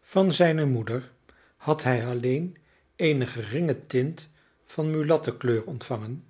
van zijne moeder had hij alleen eene geringe tint van mulattenkleur ontvangen